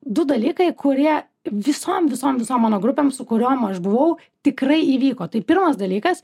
du dalykai kurie visom visom visom mano grupėm su kuriom aš buvau tikrai įvyko tai pirmas dalykas